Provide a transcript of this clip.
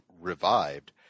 revived